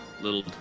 Little